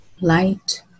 light